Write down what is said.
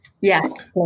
Yes